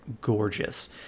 gorgeous